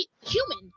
human